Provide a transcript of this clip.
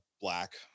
black